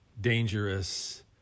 dangerous